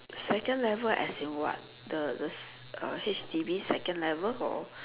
second level as in what the the H_D_B second level or